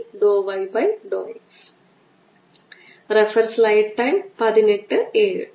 ഞാൻ ഇപ്പോൾ ഈ ചെറിയ r നെ ക്യാപിറ്റൽ R ഉപയോഗിച്ച് മാറ്റിസ്ഥാപിക്കാൻ പോകുന്നു